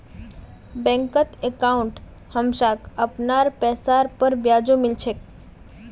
बैंकत अंकाउट हमसाक अपनार पैसार पर ब्याजो मिल छेक